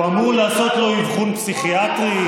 הוא אמור לעשות לו אבחון פסיכיאטרי?